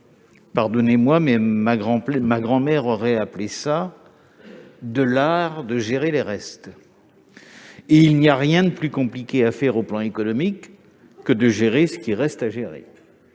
Pardonnez-moi, mais ma grand-mère aurait appelé cela l'art de gérer les restes. Or il n'y a rien de plus compliqué à faire, du point de vue économique, que de gérer ce qui reste.